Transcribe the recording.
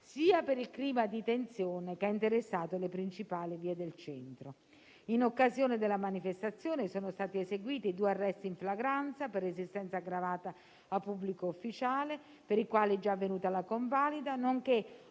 sia per il clima di tensione che ha interessato le principali vie del centro. In occasione della manifestazione sono stati eseguiti due arresti in flagranza per resistenza aggravata a pubblico ufficiale, per i quali è già avvenuta la convalida, nonché